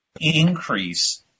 increase